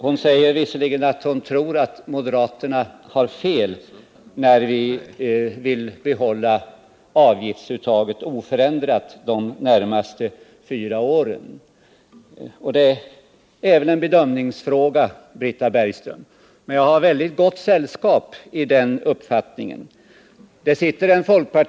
Hon säger visserligen att hon tror, att moderaterna har fel när vi vill behålla avgiftsuttaget oförändrat under de närmaste fyra åren, men det är väl en bedömningsfråga, Britta Bergström, och vi har mycket gott sällskap i den uppfattningen.